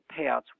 payouts